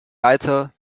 leiter